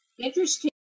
Interesting